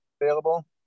available